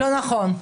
לא נכון.